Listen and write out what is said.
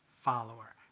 follower